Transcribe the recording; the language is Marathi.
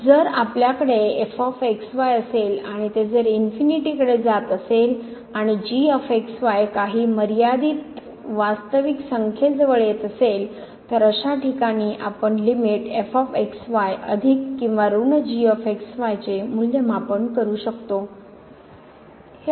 जर आपल्याकडे f x y असेल आणि ते जर इन्फिनीटी कडे जात असेल आणि g x y काही मर्यादित वास्तविक संख्येजवळ येत असेल तर अशा ठिकाणी आपण लिमिट f x y अधिक किंवा ऋण चे मूल्यमापन करू शकतो